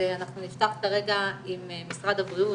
נפתח עם משרד הבריאות,